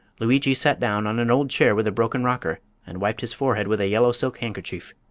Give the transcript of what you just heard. lugui sat down on an old chair with a broken rocker and wiped his forehead with a yellow silk handkerchief.